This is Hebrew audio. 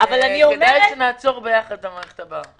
כדאי שנעצור ביחד את המערכת הבאה.